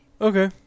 Okay